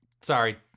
Sorry